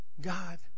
God